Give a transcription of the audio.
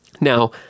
Now